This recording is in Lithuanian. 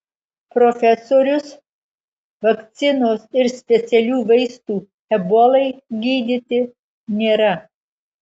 profesorius vakcinos ir specialių vaistų ebolai gydyti nėra